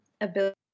ability